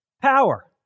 Power